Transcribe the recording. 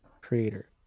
creator